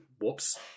Whoops